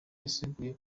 yasiguye